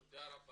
תודה.